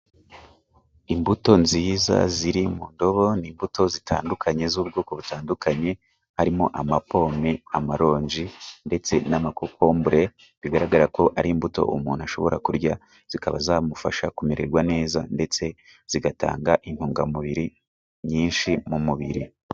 Imbuto nziza ziri mu ndobo n'imbuto zitandukanye z'ubwoko butandukanye harimo: amapome, amaronji, ndetse n'amakokombure, bigaragara ko ari imbuto umuntu ashobora kurya zikaba zamufasha kumererwa neza, ndetse zigatanga intungamubiri nyinshi mu mubiri.